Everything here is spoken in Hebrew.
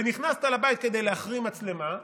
ונכנסת לבית כדי להחרים מצלמה,